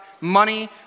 money